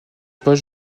poste